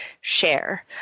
share